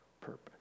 purpose